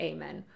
Amen